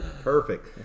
Perfect